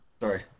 sorry